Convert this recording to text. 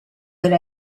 per